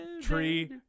tree